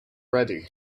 ready